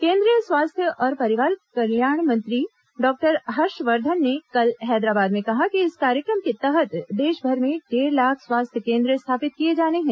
केंद्रीय स्वास्थ्य और परिवार कल्याण मंत्री डाक्टर हर्षवर्धन ने कल हैदराबाद में कहा कि इस कार्यक्रम के तहत देशभर में डेढ़ लाख स्वास्थ्य केन्द्र स्थापित किये जाने हैं